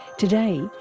today,